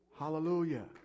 Hallelujah